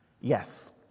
Yes